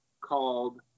called